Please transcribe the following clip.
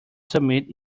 submit